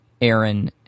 Aaron